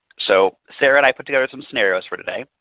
so so and i put together some scenarios for today.